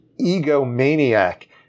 egomaniac